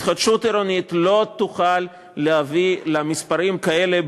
התחדשות עירונית לא תוכל להביא למספרים כאלה,